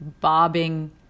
bobbing